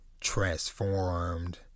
transformed